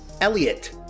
Elliot